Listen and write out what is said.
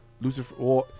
Lucifer